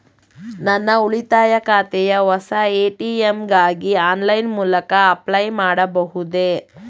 ನನ್ನ ಉಳಿತಾಯ ಖಾತೆಯ ಹೊಸ ಎ.ಟಿ.ಎಂ ಗಾಗಿ ಆನ್ಲೈನ್ ಮೂಲಕ ಅಪ್ಲೈ ಮಾಡಬಹುದೇ?